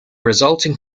resulting